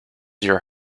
your